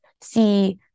see